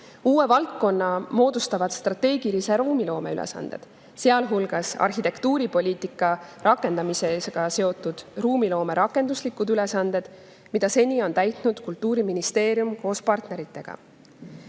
Uue valdkonna moodustavad strateegilise ruumiloome ülesanded, sealhulgas arhitektuuripoliitika rakendamisega seotud ruumiloome rakenduslikud ülesanded, mida seni on täitnud Kultuuriministeerium koos